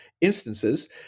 instances